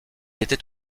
était